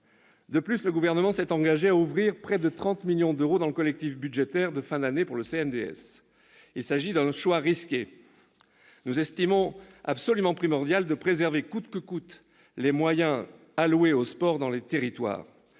De plus, le Gouvernement s'est engagé à ouvrir près de 30 millions d'euros dans le collectif budgétaire de fin d'année pour le CNDS. Il s'agit d'un choix risqué. Nous estimons absolument primordial de préserver coûte que coûte les moyens alloués au sport dans les territoires.